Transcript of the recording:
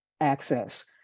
access